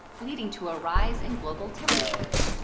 leading to a rise in global temperatures.